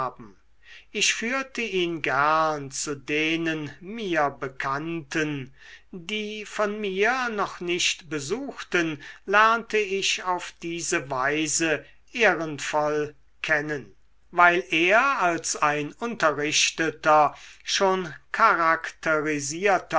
ich führte ihn gern zu denen mir bekannten die von mir noch nicht besuchten lernte ich auf diese weise ehrenvoll kennen weil er als ein unterrichteter schon charakterisierter